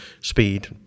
speed